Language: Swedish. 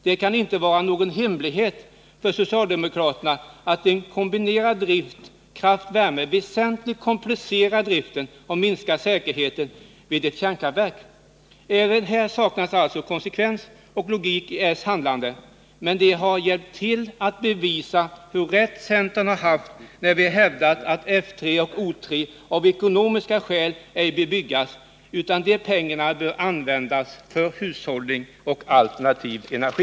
Det kan inte vara någon hemlighet för socialdemokraterna att en kombinerad produktion av elkraft och värme väsentligt komplicerar driften och minskar säkerheten vid ett kärnkraftverk. Även här saknas alltså konsekvens och logik i socialdemokraternas handlande. Men de har hjälpt till att bevisa hur rätt centern har haft när vi hävdat att F 3 och O 3 av ekonomiska skäl ej bör byggas, utan att de pengarna bör användas för hushållning och alternativ energi.